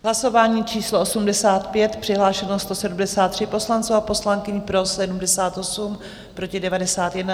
Hlasování číslo 85, přihlášeno 173 poslanců a poslankyň, pro 78, proti 91.